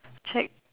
check